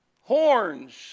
horns